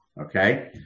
okay